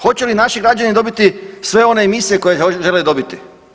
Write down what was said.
Hoće li naši građani dobiti sve one emisije koje žele dobiti?